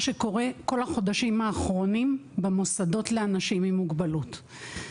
שקורה בכל החודשים האחרונים במוסדות לאנשים עם מוגבלות.